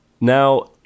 Now